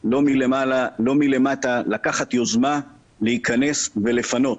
לא מלמעלה, לא מלמטה, לקחת יוזמה, להיכנס ולפנות.